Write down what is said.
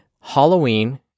Halloween